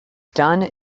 done